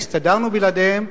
והסתדרנו בלעדיהם,